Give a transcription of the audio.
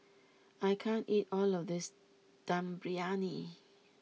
I can't eat all of this Dum Briyani